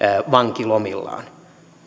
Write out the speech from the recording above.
vankilomillaan